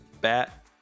Bat